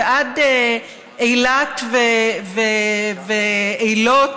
ועד אילת ואילות